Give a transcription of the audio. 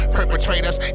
Perpetrators